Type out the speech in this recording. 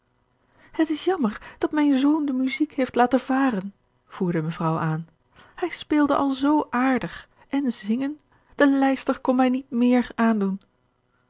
het is jammer dat mijn zoon de muziek heeft laten varen voerde mevrouw aan hij speelde al zoo aardig en zingen de lijster kon mij niet meer aandoen